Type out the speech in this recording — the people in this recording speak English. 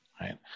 Right